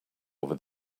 over